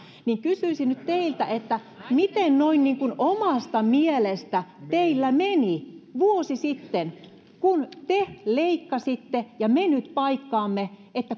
ja kysyisin nyt teiltä miten noin niin kuin omasta mielestä teillä meni vuosi sitten kun te leikkasitte me nyt paikkaamme